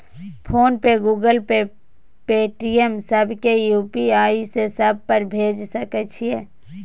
Phone pay, Google pay, Paytm, सब के UPI से सब पर भेज सके छीयै?